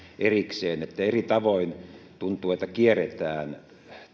erikseen eli tuntuu että eri tavoin kierretään